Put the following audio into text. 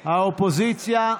האופוזיציה,